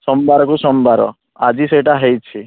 ସୋମବାରକୁ ସୋମବାର ଆଜି ସେଟା ହେଇଛି